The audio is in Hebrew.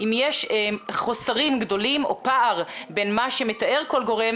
אם יש חוסרים גדולים או פער בין מה שמתאר כל גורם